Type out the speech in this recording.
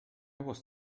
was